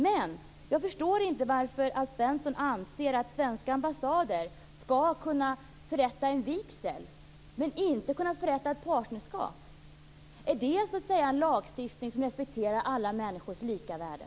Men jag förstår inte varför Alf Svensson anser att svenska ambassader skall kunna förrätta en vigsel men inte kunna förrätta ett partnerskap. Är det så att säga en lagstiftning som respekterar alla människors lika värde?